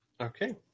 Okay